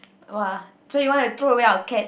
!wah! so you want to throw away our cat